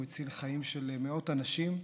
הוא הציל חיים של מאות אנשים.